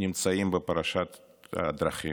נמצאים בפרשת דרכים,